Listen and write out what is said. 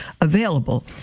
available